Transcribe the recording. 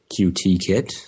QTkit